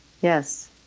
Yes